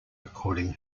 recording